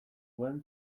zuen